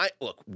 Look